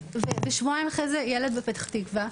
ושבועיים אחרי זה ילד בפתח תקוה.